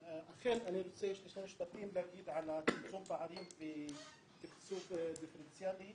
יש לי שני משפטים להגיד על צמצום הפערים ותקצוב דיפרנציאלי.